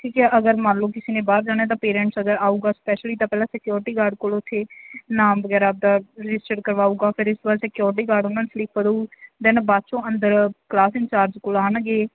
ਠੀਕ ਹੈ ਅਗਰ ਮੰਨ ਲਓ ਕਿਸੇ ਨੇ ਬਾਹਰ ਜਾਣਾ ਤਾਂ ਪੇਰੇਂਟਸ ਅਗਰ ਆਵੇਗਾ ਸਪੈਸ਼ਲੀ ਤਾਂ ਪਹਿਲਾਂ ਸਕਿਉਰਿਟੀ ਗਾਰਡ ਕੋਲ ਉੱਥੇ ਨਾਮ ਵਗੈਰਾ ਆਪਦਾ ਰਜਿਸਟਰ ਕਰਵਾਉਗਾ ਫਿਰ ਇਸ ਤੋਂ ਬਾਅਦ ਸਕਿਉਰਿਟੀ ਗਾਰਡ ਉਹਨਾਂ ਨੂੰ ਸਲਿੱਪ ਦਉ ਦੇਨ ਬਾਅਦ 'ਚੋਂ ਅੰਦਰ ਕਲਾਸ ਇੰਚਾਰਜ ਕੋਲ ਆਉਣਗੇ